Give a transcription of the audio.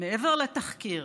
מעבר לתחקיר